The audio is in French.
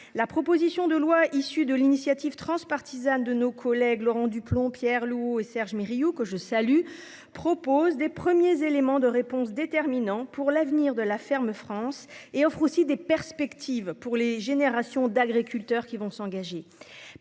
La proposition de loi issus de l'initiative transpartisane de nos collègues, Laurent Duplomb, Pierre Louÿs et Serge mais Riou que je salue propose des premiers éléments de réponse déterminant pour l'avenir de la ferme France et offre aussi des perspectives pour les générations d'agriculteurs qui vont s'engager.